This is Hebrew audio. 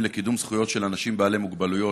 לקידום זכויות של אנשים בעלי מוגבלויות.